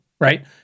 right